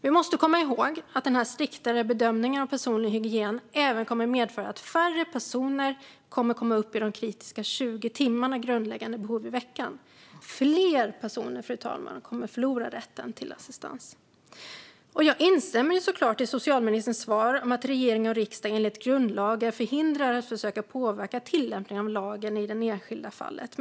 Vi måste komma ihåg att den striktare bedömningen av personlig hygien även kommer att medföra att färre personer kommer att komma upp i de kritiska 20 timmarna grundläggande behov i veckan. Fler personer, fru talman, kommer alltså att förlora rätten till assistans. Jag instämmer såklart i socialministerns svar om att regering och riksdag enligt grundlag är förhindrade att försöka påverka tillämpningen av lagen i det enskilda fallet.